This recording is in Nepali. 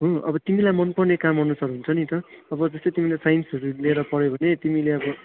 हो अनि तिमीलाई मन पर्ने काम अनुसार हुन्छ नि त अब जस्तै तिमीले साइन्सहरू लिएर पढ्यौ भने तिमीले अब